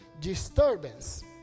disturbance